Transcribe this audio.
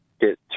get